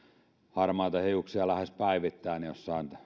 harmaita hiuksia lähes päivittäin jossain